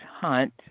Hunt